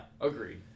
agreed